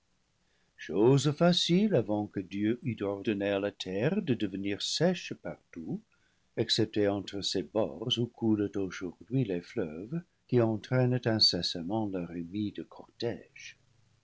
chose facile avant que dieu eût ordonné à la terre de devenir sèche partout excepté entre ces bords où cou lent aujourd'hui les fleuves qui entraînent incessamment leur humide cortége